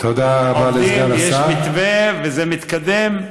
יש מתווה, וזה מתקדם.